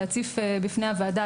להציף בפני הוועדה,